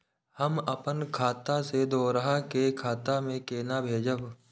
हम आपन खाता से दोहरा के खाता में केना भेजब?